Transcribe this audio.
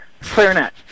clarinet